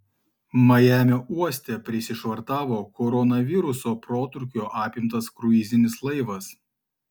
majamio uoste prisišvartavo koronaviruso protrūkio apimtas kruizinis laivas